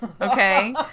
Okay